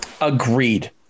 Agreed